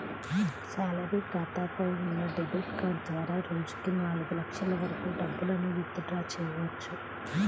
salary ఖాతాపై ఉన్న debit card ద్వారా రోజుకి నాలుగు లక్షల వరకు డబ్బులను విత్ డ్రా చెయ్యవచ్చు